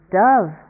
dove